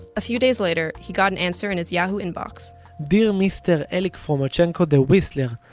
a few days later he got an answer in his yahoo inbox dear mr. elik frumchenko the whistler,